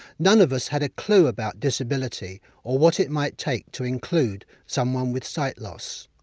none of us had a clue about disability or what it might take to include someone with sight loss!